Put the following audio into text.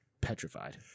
Petrified